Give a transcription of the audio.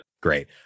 Great